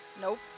Nope